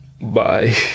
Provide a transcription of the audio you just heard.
bye